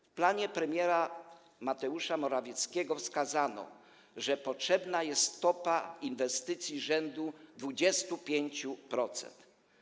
W planie premiera Mateusza Morawieckiego wskazano, że potrzebna jest stopa inwestycji rzędu 25%.